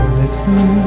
listen